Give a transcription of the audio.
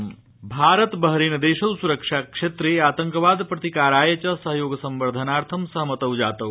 Bharata Bahrain देशौ Bharat Bahrain देशौ स्रक्षाक्षेत्रे आतंकवाद प्रतिकाराय च सहयोग संवर्धनार्थं सहमतौ जातौ